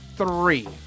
Three